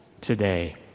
today